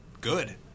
good